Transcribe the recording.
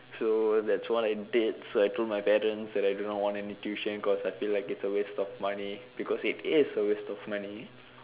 so that's what I did so I told my parents that I didn't want any tuition because I feel like it is a waste of money because it is a waste of money